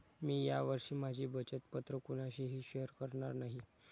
मी या वर्षी माझी बचत पत्र कोणाशीही शेअर करणार नाही